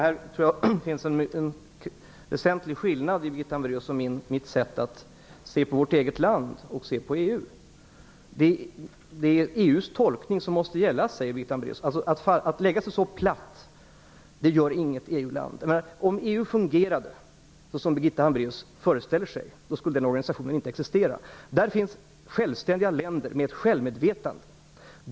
Fru talman! Det finns en väsentlig skillnad mellan Birgitta Hambraeus och mitt sätt att se på vårt eget land och på EU. Det kommer att vara EU:s tolkning som gäller, säger Birgitta Hambraeus. Men inget EU land lägger sig så platt. Om EU fungerade så som Birgitta Hambraeus föreställer sig, skulle den organisationen inte existera. Där finns självständiga länder, med ett självmedvetande.